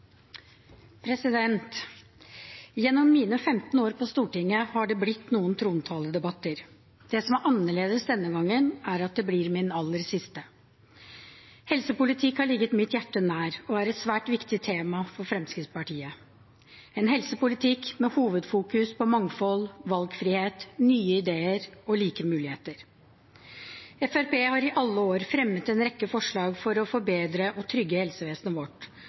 Gjennom mine 15 år på Stortinget har det blitt noen trontaledebatter. Det som er annerledes denne gangen, er at det blir min aller siste. Helsepolitikk har ligget mitt hjerte nær og er et svært viktig tema for Fremskrittspartiet – en helsepolitikk med hovedfokus på mangfold, valgfrihet, nye ideer og like muligheter. Fremskrittspartiet har i alle år fremmet en rekke forslag for å forbedre og trygge helsevesenet vårt,